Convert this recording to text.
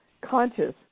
Conscious